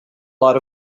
lot